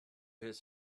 his